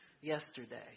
yesterday